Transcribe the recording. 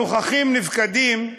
הנוכחים-נפקדים,